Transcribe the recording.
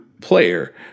player